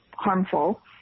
Harmful